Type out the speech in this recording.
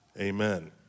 Amen